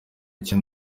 icyo